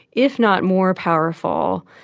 if not more powerful,